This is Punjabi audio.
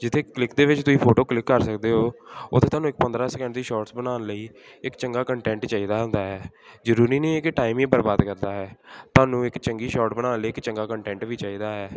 ਜਿੱਥੇ ਇੱਕ ਕਲਿੱਕ ਦੇ ਵਿੱਚ ਤੁਸੀਂ ਫੋਟੋ ਕਲਿੱਕ ਕਰ ਸਕਦੇ ਹੋ ਉੱਥੇ ਤੁਹਾਨੂੰ ਇੱਕ ਪੰਦਰਾਂ ਸਕਿੰਟ ਦੀ ਸ਼ੋਟਸ ਬਣਾਉਣ ਲਈ ਇੱਕ ਚੰਗਾ ਕੰਟੇਂਟ ਚਾਹੀਦਾ ਹੁੰਦਾ ਹੈ ਜ਼ਰੂਰੀ ਨਹੀਂ ਹੈ ਕਿ ਟਾਈਮ ਹੀ ਬਰਬਾਦ ਕਰਦਾ ਹੈ ਤੁਹਾਨੂੰ ਇੱਕ ਚੰਗੀ ਸ਼ੋਟ ਬਣਾਉਣ ਲਈ ਇੱਕ ਚੰਗਾ ਕੰਟੈਂਟ ਵੀ ਚਾਹੀਦਾ ਹੈ